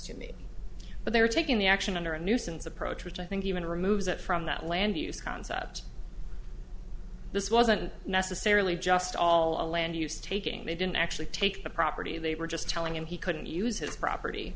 to me but they were taking the action under a nuisance approach which i think even removes it from that land use concept this wasn't nice sara lee just all a land use taking they didn't actually take the property they were just telling him he couldn't use his property